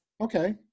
Okay